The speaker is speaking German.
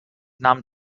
nahm